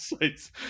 sites